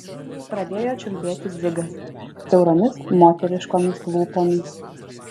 pradėjo čiulbėti dzigas siauromis moteriškomis lūpomis